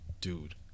Dude